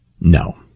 No